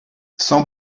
cent